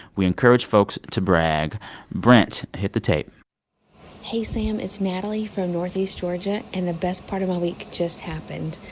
we encourage folks to brag brent, hit the tape hey, sam. it's natalie from northeast georgia. and the best part of my week just happened.